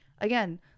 again